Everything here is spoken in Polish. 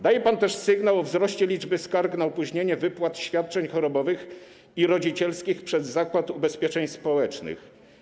Daje pan też sygnał o wzroście liczby skarg na opóźnienie wypłat świadczeń chorobowych i rodzicielskich przez Zakład Ubezpieczeń Społecznych.